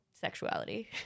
sexuality